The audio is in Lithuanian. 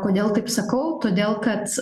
kodėl taip sakau todėl kad